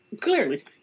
Clearly